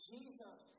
Jesus